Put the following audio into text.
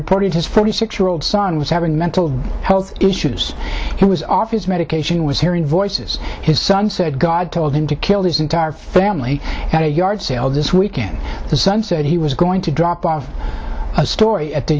reported his forty six year old son was having mental health issues he was off his medication was hearing voices his son said god told him to kill his entire family at a yard sale this weekend the son said he was going to drop off as story at the